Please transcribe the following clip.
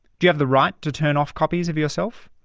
you have the right to turn off copies of yourself?